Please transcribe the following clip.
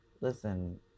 listen